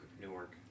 Newark